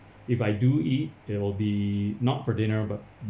if I do eat it will be not for dinner but